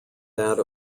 that